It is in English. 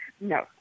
No